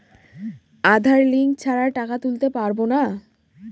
আধার link ছাড়া টাকা তুলতে পারব না?